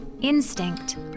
instinct